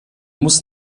muss